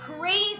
crazy